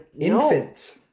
infants